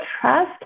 trust